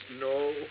No